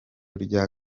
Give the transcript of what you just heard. rya